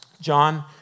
John